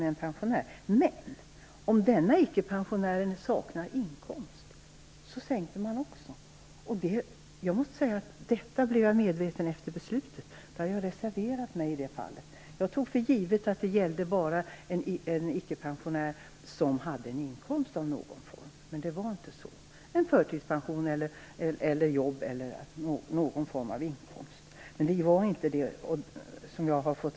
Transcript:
Men beslutet innebar också att pensionen sänktes för den som är gift med en icke-pensionär som saknar inkomst. Detta blev jag medveten om först efter beslutet. Hade jag vetat det hade jag reserverat mig på den punkten. Jag tog för givet att det gällde bara pensionärer gifta med icke-pensionärer som hade en inkomst av någon form - en förtidspension, ett jobb eller någon annan form av inkomst - men så var inte fallet.